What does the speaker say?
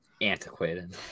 Antiquated